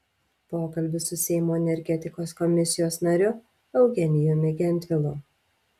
pokalbis su seimo energetikos komisijos nariu eugenijumi gentvilu